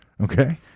Okay